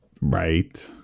Right